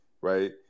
right